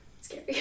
scary